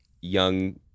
young